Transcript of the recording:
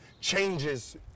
changes